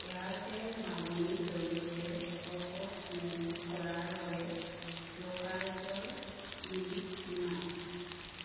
Airtel মানিৰ জৰিয়তে ষ্টকত বিনিয়োগ কৰাৰ বাবে ব্ৰ'কাৰেজৰ নিৰিখ কিমান